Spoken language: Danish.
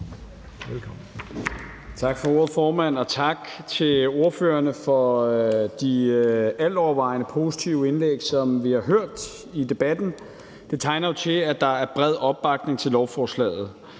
Tak for ordet, formand, og tak til ordførerne for de altovervejende positive indlæg, som vi har hørt i debatten. Det tegner til, at der er bred opbakning til lovforslaget,